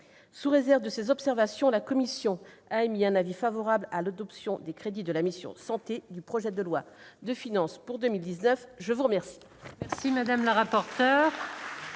Sous réserve de ces observations, la commission a émis un avis favorable à l'adoption des crédits de la mission « Santé » du projet de loi de finances pour 2019. Mes chers